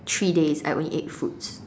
three days I only ate fruits